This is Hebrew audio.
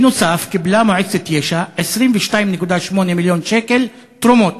בנוסף קיבלה מועצת יש"ע 22.8 מיליון שקל תרומות.